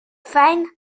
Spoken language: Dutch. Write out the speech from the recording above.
fijn